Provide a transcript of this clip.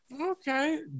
okay